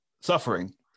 suffering